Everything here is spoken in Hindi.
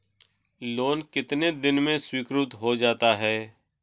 लोंन कितने दिन में स्वीकृत हो जाता है?